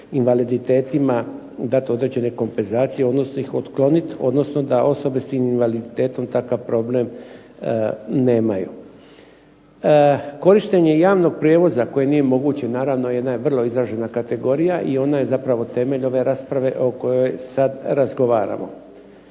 invaliditetima dati određene kompenzacije odnosno ih otklonit, odnosno da osobe s tim invaliditetom takav problem nemaju. Korištenje javnog prijevoza koje nije moguće naravno jedna je vrlo izražena kategorija i ona je zapravo temelj ove rasprave o kojoj sad razgovaramo.